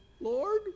lord